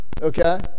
okay